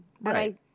Right